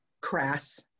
crass